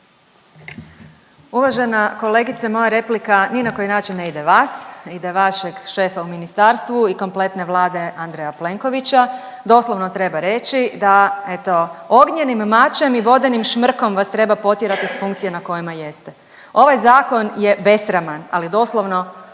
Uvažena kolegice moja replika ni na koji način ne ide vas, ide vašeg šefa u ministarstvu i kompletne Vlade Andreja Plenkovića. Doslovno treba reći da eto ognjenim mačem i vodenim šmrkom vas treba potjerati sa funkcije na kojima jeste. Ovaj zakon je besraman, ali doslovno